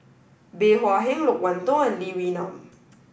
Bey Hua Heng Loke Wan Tho and Lee Wee Nam